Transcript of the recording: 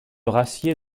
rassied